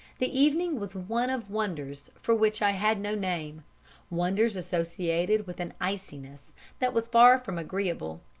the evening was one of wonders for which i had no name wonders associated with an iciness that was far from agreeable.